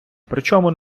причому